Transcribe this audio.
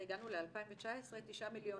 הגענו ל-2019 9 מיליון